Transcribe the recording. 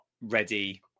ready